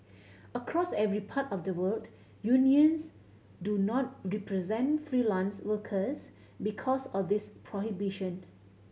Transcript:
across every part of the world unions do not represent freelance workers because of this prohibition